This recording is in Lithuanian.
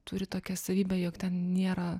turi tokią savybę jog ten nėra